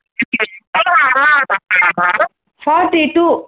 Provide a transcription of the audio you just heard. forty two